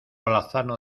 alazano